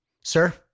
sir